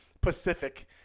Pacific